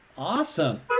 Awesome